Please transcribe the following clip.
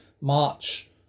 March